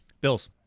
Bills